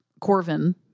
Corvin